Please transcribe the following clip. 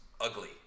ugly